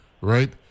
right